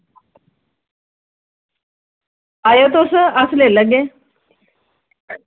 आयो तुस अस लेई लैगे